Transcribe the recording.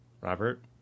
Robert